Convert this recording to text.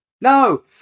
No